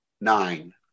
nine